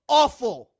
awful